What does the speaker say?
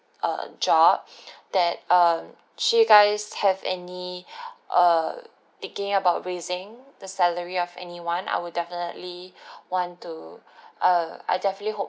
uh job that um should you guys have any err thinking about raising the salary of anyone I would definitely want to uh I definitely hope